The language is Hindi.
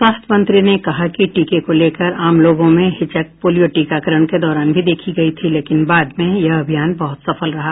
स्वास्थ मंत्री ने कहा कि टीके को लेकर आम लोगों में हिचक पोलियो टीकाकरण के दौरान भी देखी गई थी लेकिन बाद में यह अभियान बहुत सफल रहा